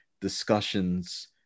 discussions